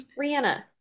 rihanna